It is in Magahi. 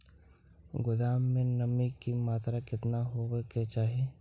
गोदाम मे नमी की मात्रा कितना होबे के चाही?